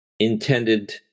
intended